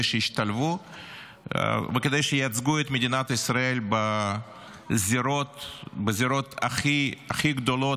שישתלבו וכדי שייצגו את מדינת ישראל בזירות הכי גדולות,